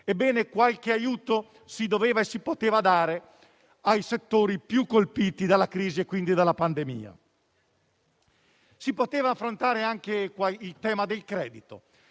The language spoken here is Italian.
Qualche aiuto si doveva e si poteva dare ai settori più colpiti dalla crisi e dalla pandemia. Si poteva affrontare anche il tema del credito,